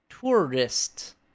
tourist